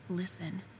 Listen